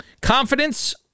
confidence